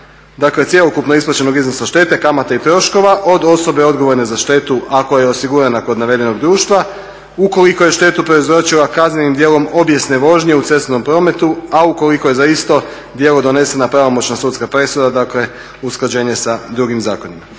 dakle cjelokupno isplaćenog iznosa štete, kamate i troškova od osobe odgovorne za štetu ako je osigurana kod navedenog društva. Ukoliko je štetu prouzročila kaznenim dijelom obijesne vožnje u cestovnom prometu a ukoliko je za isto djelo donesena pravomoćna sudska presuda, dakle usklađenje sa drugim zakonima.